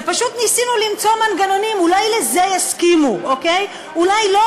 ופשוט ניסינו למצוא מנגנונים: אולי לזה יסכימו,